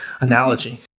analogy